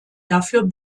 dafür